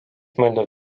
mõeldud